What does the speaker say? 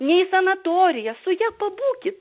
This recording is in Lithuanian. ne į sanatoriją su ja pabūkit